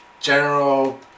General